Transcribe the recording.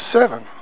seven